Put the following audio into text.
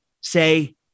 say